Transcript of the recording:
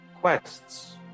quests